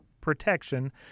protection